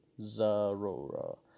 Zarora